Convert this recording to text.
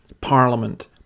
Parliament